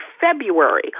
February